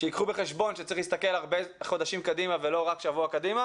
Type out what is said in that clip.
שייקחו בחשבון שצריך להסתכל הרבה חודשים קדימה ולא רק שבוע קדימה.